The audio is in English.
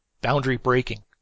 boundary-breaking